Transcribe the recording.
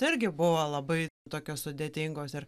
irgi buvo labai tokios sudėtingos ir